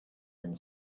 and